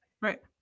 right